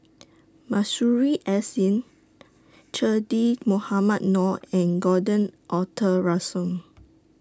Masuri S N Che Dah Mohamed Noor and Gordon Arthur Ransome